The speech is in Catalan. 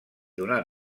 donar